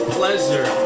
pleasure